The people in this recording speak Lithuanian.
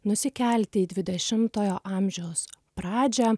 nusikelti į dvidešimtojo amžiaus pradžią